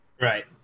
Right